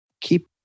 keep